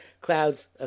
clouds